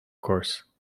course